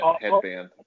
headband